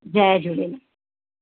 Jay Jhulelal